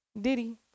Diddy